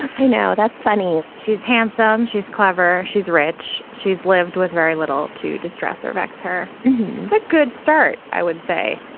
now, that's funny. she's handsome she's clever. she's rich. she's lived with very little. to distress or vex her is a good start, i would say,